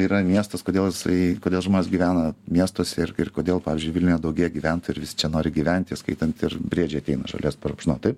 yra miestas kodėl jisai kodėl žmonės gyvena miestuose ir ir kodėl pavyzdžiui vilniuje daugėja gyventojų ir visi čia nori gyventi įskaitant ir briedžiai ateina žolės parupšnot taip